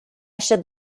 should